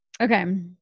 Okay